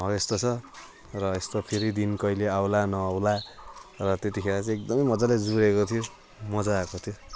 हौ यस्तो छ र यस्तो फेरि दिन कहिले आउँला नआउँला र त्यतिखेर चाहिँ एकदमै मजाले जुरेको थियो मजा आएको थियो